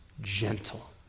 gentle